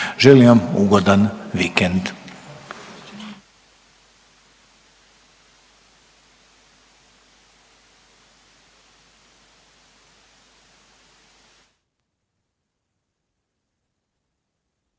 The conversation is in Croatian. Želim vam ugodan vikend!